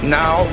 now